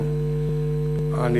קודם כול,